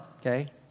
Okay